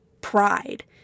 pride